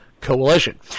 Coalition